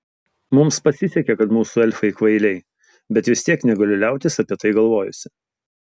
mums pasisekė kad mūsų elfai kvailiai bet vis tiek negaliu liautis apie tai galvojusi